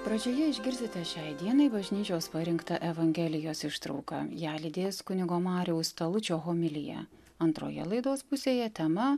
pradžioje išgirsite šiai dienai bažnyčios parinktą evangelijos ištrauką ją lydės kunigo mariaus tolučio homilija antroje laidos pusėje tema